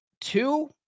two